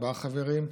ארבעה חברים,